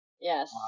Yes